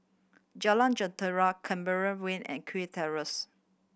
Jalan Jentera Canberra Way and Kew Terrace